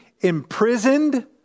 imprisoned